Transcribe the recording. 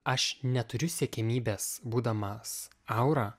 aš neturiu siekiamybės būdamas aura